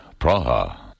Praha